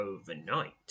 overnight